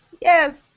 yes